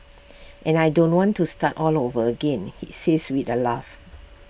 and I don't want to start all over again he says with A laugh